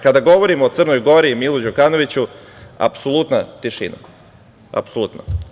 Kada govorimo o Crnoj Gori i Milu Đukanoviću, apsolutna tišina, apsolutna.